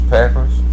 Packers